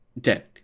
dead